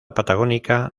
patagónica